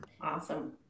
Awesome